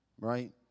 Right